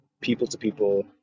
people-to-people